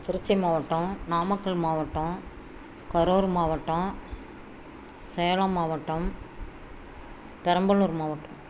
திருச்சி மாவட்டம் நாமக்கல் மாவட்டம் கரூர் மாவட்டம் சேலம் மாவட்டம் பெரம்பலூர் மாவட்டம்